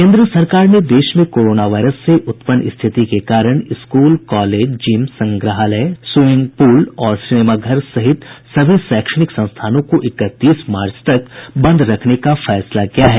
केंद्र सरकार ने देश में कोरोना वायरस से उत्पन्न स्थिति के कारण स्कूल कॉलेज जिम संग्रहालय स्विमिंग पूल और सिनेमाघरों सहित सभी शैक्षणिक संस्थानों को इकतीस मार्च तक बंद रखने का निर्णय लिया है